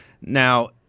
Now